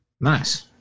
Nice